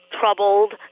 troubled